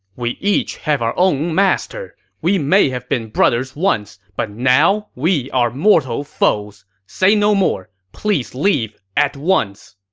we each serve our own master. we may have been brothers once, but now we are mortal foes. say no more. please leave at once!